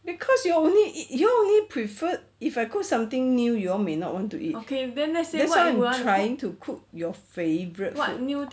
cause you all only eat you all only preferred if I cook something new you all may not want to eat that's why I'm trying to cook your favourite food